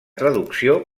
traducció